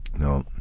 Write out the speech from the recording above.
no.